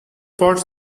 spots